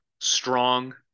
strong